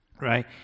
right